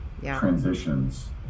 transitions